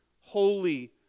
holy